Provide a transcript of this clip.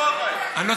אל תנפנף, כן?